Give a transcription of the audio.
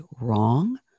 wrong